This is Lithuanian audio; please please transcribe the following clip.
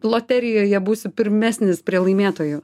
loterijoje būsi pirmesnis prie laimėtojų